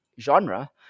genre